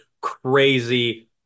crazy